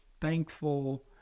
thankful